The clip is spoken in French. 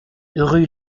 rue